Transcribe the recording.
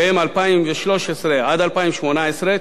שהן 2013 2018,